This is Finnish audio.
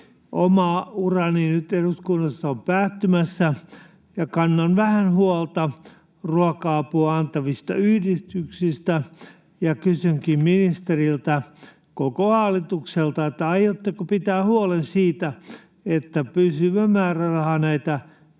Oma urani eduskunnassa on nyt päättymässä, ja kannan vähän huolta ruoka-apua antavista yhdistyksistä, ja kysynkin ministeriltä ja koko hallitukselta: aiotteko pitää huolen siitä, että pysyvä määräraha köyhiä